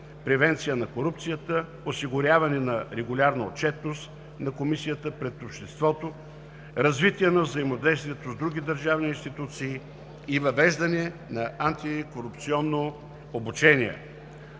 превенция на корупцията; осигуряване на регулярна отчетност на Комисията пред обществото; развитие на взаимодействието с други държавни институции и въвеждане на антикорупционно обучение.